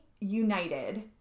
United